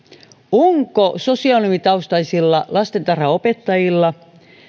onko sosionomitaustaisilla lastentarhanopettajilla